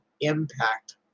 impact